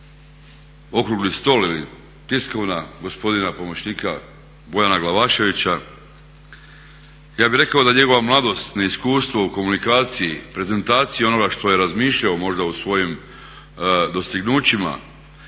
okrugli stol ili tiskovna gospodina pomoćnika Bojana Glavaševića. Ja bih rekao da njegova mladost, neiskustvo u komunikaciji, prezentaciji onoga što je razmišljao možda o svojim dostignućima